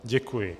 Děkuji.